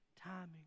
timing